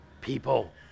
people